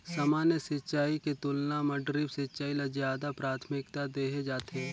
सामान्य सिंचाई के तुलना म ड्रिप सिंचाई ल ज्यादा प्राथमिकता देहे जाथे